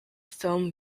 film